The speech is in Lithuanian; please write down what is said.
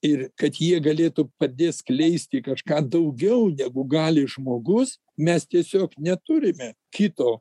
ir kad jie galėtų padėt skleisti kažką daugiau negu gali žmogus mes tiesiog neturime kito